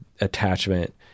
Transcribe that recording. attachment